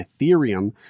Ethereum